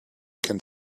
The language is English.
can